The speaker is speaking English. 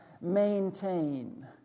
maintain